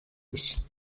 ist